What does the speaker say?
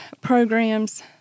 programs